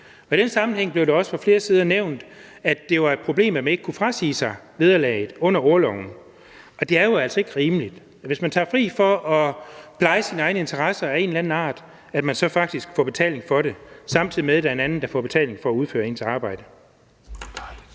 i den sammenhæng blev det også fra flere sider nævnt, at det var et problem, at man ikke kunne frasige sig vederlaget under orloven. Det er jo altså ikke rimeligt, at man, hvis man tager fri for at pleje sine egne interesser af en eller anden art, så får betaling for det, samtidig med at der er en anden, der får betaling for at udføre ens arbejde.